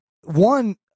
one